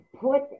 put